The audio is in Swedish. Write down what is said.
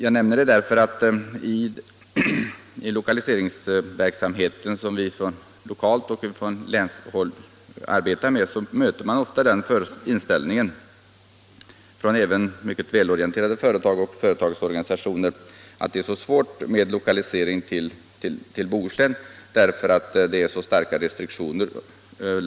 Jag nämner detta därför att vi i arbetet med lokaliseringsverksamheten har mött den inställningen även från mycket välorienterade företag och företagsorganisationer, att det är så svårt att få besked om etableringsmöjligheterna i Bohuslän därför att det finns så starka restriktioner där.